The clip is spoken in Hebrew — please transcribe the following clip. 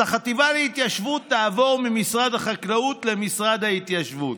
אז החטיבה להתיישבות תעבור ממשרד החקלאות למשרד ההתיישבות,